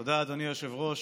תודה, אדוני היושב-ראש.